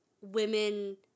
women